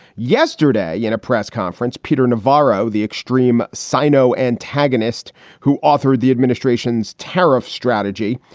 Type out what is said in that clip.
yesterday in a press conference, peter navarro, the extreme sino antagonist who authored the administration's tariff strategy,